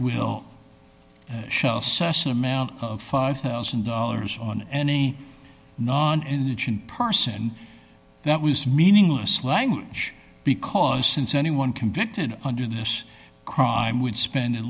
will show such an amount of five thousand dollars on any non indigent person that was meaningless language because since anyone convicted under this crime would spend at